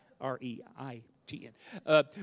R-E-I-T-N